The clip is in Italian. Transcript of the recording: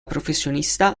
professionista